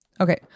Okay